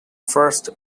first